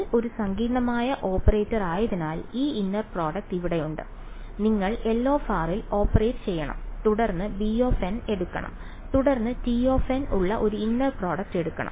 L ഒരു സങ്കീർണ്ണമായ ഓപ്പറേറ്ററായതിനാൽ ഈ ഇന്നർ പ്രോഡക്ട് ഇവിടെയുണ്ട് നിങ്ങൾ L ൽ ഓപ്പറേറ്റ് ചെയ്യണം തുടർന്ന് bn എടുക്കണം തുടർന്ന് tn ഉള്ള ഒരു ഇന്നർ പ്രോഡക്ട് എടുക്കണം